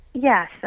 Yes